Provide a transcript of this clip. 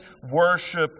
Worship